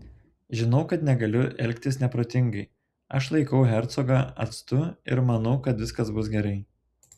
žinau kad negaliu elgtis neprotingai aš laikiau hercogą atstu ir manau kad viskas bus gerai